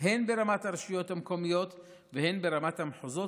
הן ברמת הרשויות המקומיות והן ברמת המחוזות,